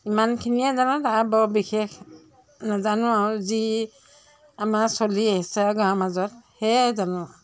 ইমানখিনিয়ে জানো তাৰ বৰ বিশেষ নাজানো আৰু যি আমাৰ চলি আহিছে গাঁৱৰ মাজত সেইয়াই জানো